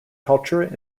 culture